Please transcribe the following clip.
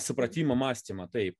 supratimą mąstymą taip